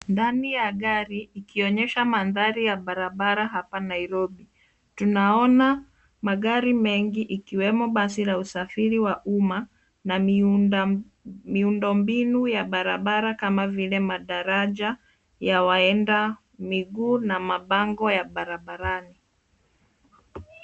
Ndani ya gari ikionyesha mandhari ya barabara hapa Nairobi. Tunaona magari mengi ikiwemo basi la usafiri wa umma na miundo mbinu ya barabara kama vile madaraja ya waenda kwa miguu na mabango ya barbarani.